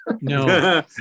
No